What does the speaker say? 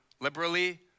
liberally